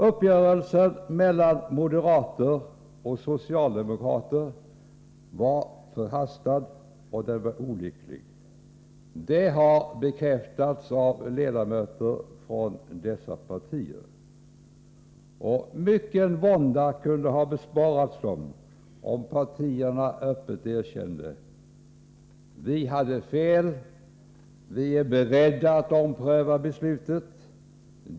Uppgörelsen mellan moderater och socialdemokrater var förhastad och olycklig. Det har bekräftats av ledamöter från dessa partier. Mycken vånda kunde ha besparats dem, om partierna öppet erkände: Vi hade fel. Vi är beredda att ompröva beslutet.